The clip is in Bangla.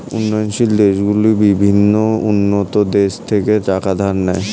উন্নয়নশীল দেশগুলি বিভিন্ন উন্নত দেশ থেকে টাকা ধার নেয়